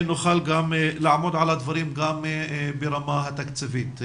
שנוכל גם לעמוד על הדברים גם ברמה התקציבית.